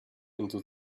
into